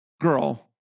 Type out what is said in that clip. girl